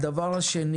הדבר השני